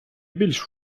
більш